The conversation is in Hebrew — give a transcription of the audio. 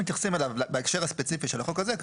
מתייחסים אליו בהקשר הספציפי של החוק הזה,